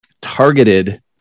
targeted